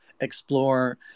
explore